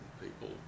people